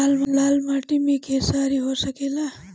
लाल माटी मे खेसारी हो सकेला?